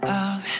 up